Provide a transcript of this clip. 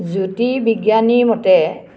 জ্যোতিৰ্বিজ্ঞানীৰ মতে